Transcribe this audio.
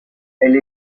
elle